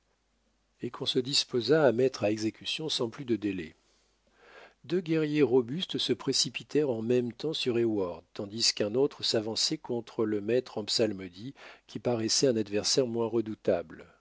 et qu'on se disposa à mettre à exécution sans plus de délai deux guerriers robustes se précipitèrent en même temps sur heyward tandis qu'un autre s'avançait contre le maître en psalmodie qui paraissait un adversaire moins redoutable